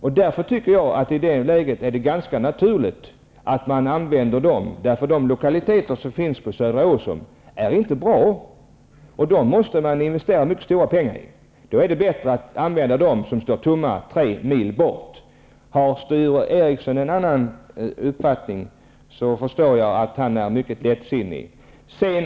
Jag tycker att det är ganska naturligt att man använder de lokalerna i det läget. De lokaler som finns på Södra Åsum är inte bra. Där måste man investera mycket stora pengar. Då är det bättre att använda de lokaler som står tomma 3 mil bort. Har Sture Ericson en annan uppfattning, förstår jag att han är mycket lättsinnig.